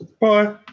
Bye